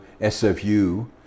SFU